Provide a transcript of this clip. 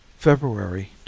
FEBRUARY